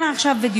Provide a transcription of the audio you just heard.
כן, עכשיו בדיוק.